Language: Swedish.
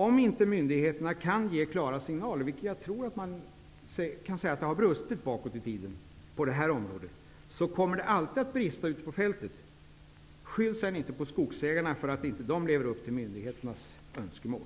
Om inte myndigheterna kan ge klara signaler -- och jag tror man kan säga att det har brustit tidigare på det här området -- så kommer det alltid att brista ute på fältet. Skyll sedan inte på skogsägarna för att de inte lever upp till myndigheternas önskemål.